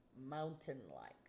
mountain-like